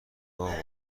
باید